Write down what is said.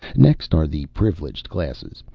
next are the privileged classes,